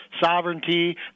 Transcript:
sovereignty